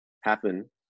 happen